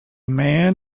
man